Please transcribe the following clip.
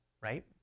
right